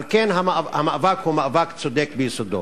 על כן המאבק הוא מאבק צודק ביסודו.